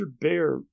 Bear